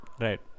Right